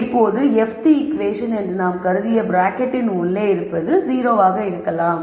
இப்போது fth equation என்பது நாம் கருதிய ப்ராக்கெட்டின் உள்ளே 0 ஆக இருக்கும் டெர்ம் ஆகும்